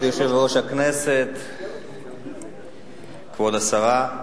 כבוד היושב-ראש, כבוד השרה,